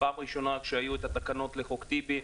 בפעם הראשונה כשהיו התקנות ל"חוק טיבי",